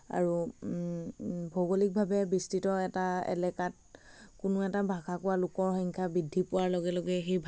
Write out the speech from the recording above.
আৰু ভৌগলিকভাবে বিস্তৃত এটা এলেকাত কোনো এটা ভাষা কোৱা লোকৰ সংখ্যা বৃদ্ধি পোৱাৰ লগে লগে সেই ভাষা সম্প্ৰদায়ৰ লোকসকলৰ মাজত বেলেগ বেলেগ ৰূপ কিছুমান কি হয় গঢ় লৈ উঠে